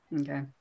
Okay